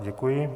Děkuji.